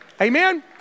Amen